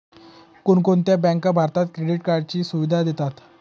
कोणकोणत्या बँका भारतात क्रेडिट कार्डची सुविधा देतात?